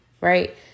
right